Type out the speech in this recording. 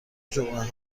جمعه